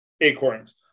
acorns